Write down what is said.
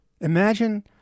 Imagine